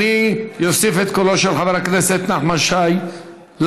אני אוסיף את קולו של חבר הכנסת נחמן שי לפרוטוקול.